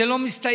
זה לא מסתיים,